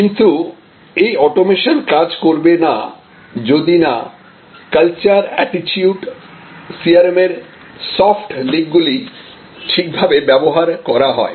কিন্তু এই অটোমেশন কাজ করবেনা যদি না কালচার অ্যাটিটিউড CRM এর সফট দিকগুলি ঠিকভাবে ব্যবহার করা হয়